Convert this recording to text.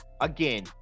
again